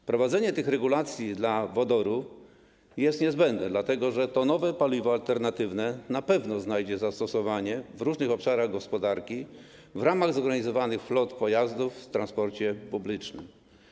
Wprowadzenie tych regulacji dla wodoru jest niezbędne, dlatego że to nowe paliwo alternatywne na pewno znajdzie zastosowanie w różnych obszarach gospodarki w ramach zorganizowanych flot pojazdów w transporcie publicznym.